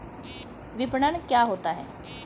विपणन क्या होता है?